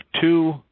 two